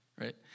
Right